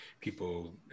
people